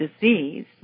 disease